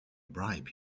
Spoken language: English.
bribe